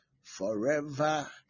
forever